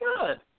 Good